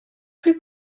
plus